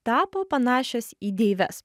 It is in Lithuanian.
tapo panašios į deives